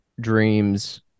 dreams